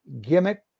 gimmick